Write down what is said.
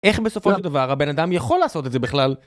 איך בסופו של דבר הבן אדם יכול לעשות את זה בכלל?